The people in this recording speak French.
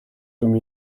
comme